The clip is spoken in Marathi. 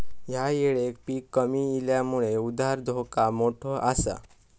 ह्या येळेक पीक कमी इल्यामुळे उधार धोका मोठो आसा